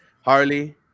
Harley